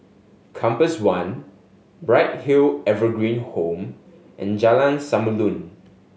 Compass One Bright Hill Evergreen Home and Jalan Samulun